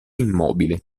immobile